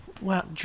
Wow